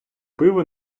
пиво